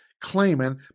claiming